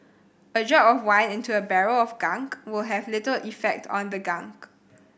a drop of wine into a barrel of gunk will have little effect on the gunk